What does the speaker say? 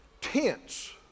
tents